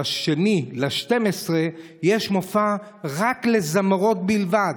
ב-2 בדצמבר יש מופע רק לזמרות בלבד.